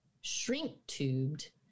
shrink-tubed